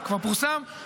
פורסם, פורסם.